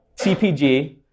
CPG